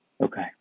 Okay